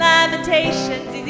Lamentations